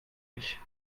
ich